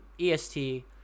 EST